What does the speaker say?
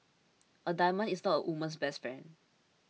a diamond is not a woman's best friend